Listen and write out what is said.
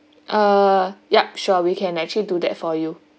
uh yup sure we can actually do that for you